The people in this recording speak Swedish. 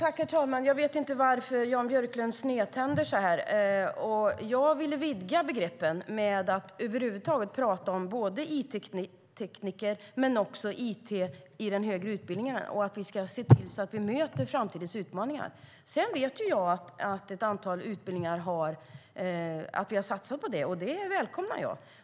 Fru talman! Jag vet inte varför Jan Björklund snedständer så. Jag ville vidga begreppen genom att prata om såväl it-tekniker som it i den högre utbildningen och att vi ska se till att möta framtidens utmaningar. Sedan vet jag att vi har satsat på ett antal utbildningar, och det välkomnar jag.